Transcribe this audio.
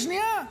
שנייה,